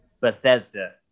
Bethesda